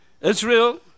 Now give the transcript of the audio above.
Israel